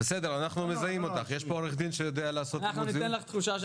אנחנו עוברים לדון בהצעת חוק רישוי